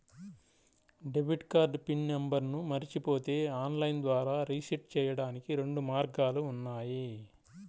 debit card pin నంబర్ను మరచిపోతే online ద్వారా రీసెట్ చెయ్యడానికి రెండు మార్గాలు ఉన్నాయి